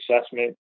assessment